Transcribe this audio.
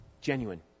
Genuine